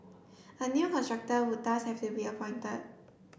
a new contractor would thus have to be appointed